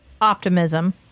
optimism